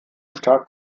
stark